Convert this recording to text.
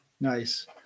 Nice